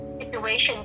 situation